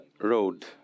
road